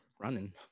running